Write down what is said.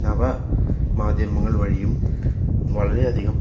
നവ മാധ്യമങ്ങൾ വഴിയും വളരെയധികം